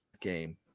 game